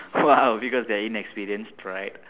!wow! because they are inexperience right